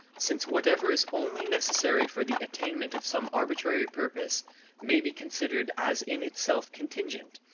since whatever is only necessary for the attainment of some arbitrary purpose may be considered as in itself contingent,